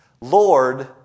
Lord